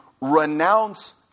renounce